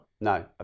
No